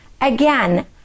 Again